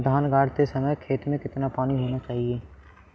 धान गाड़ते समय खेत में कितना पानी होना चाहिए?